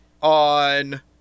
on